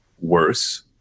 worse